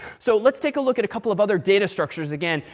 so let's take a look at a couple of other data structures, again,